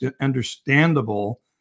understandable